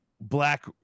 Black